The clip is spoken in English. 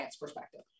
perspective